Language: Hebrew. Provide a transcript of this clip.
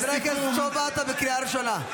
חבר הכנסת סובה, אני קורא אותך בקריאה ראשונה.